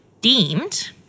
deemed